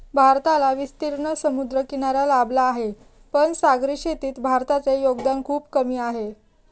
भारताला विस्तीर्ण समुद्रकिनारा लाभला आहे, पण सागरी शेतीत भारताचे योगदान खूप कमी आहे